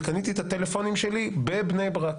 וקניתי את הטלפונים שלי בבני ברק,